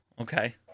Okay